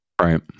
Right